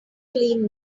clean